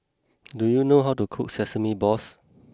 do you know how to cook Sesame Balls